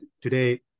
today